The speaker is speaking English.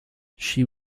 she